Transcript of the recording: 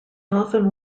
often